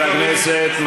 שמבריח טלפונים